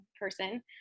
person